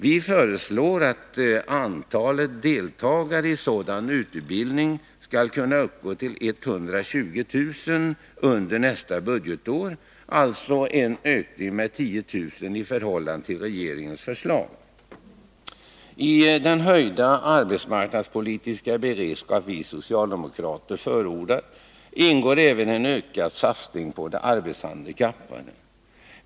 Vi föreslår att antalet deltagare i sådan utbildning skall kunna uppgå till 120 000 under nästa budgetår, en ökning alltså med 10 000 i förhållande till regeringens förslag. I den höjda arbetsmarknadspolitiska beredskap vi socialdemokrater förordar ingår även en ökad satsning på de arbetshandikappade.